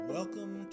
Welcome